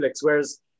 Whereas